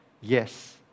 Yes